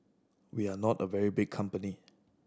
we are not a very big company